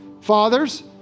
Fathers